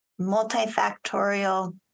multifactorial